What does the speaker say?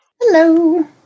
Hello